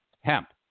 Hemp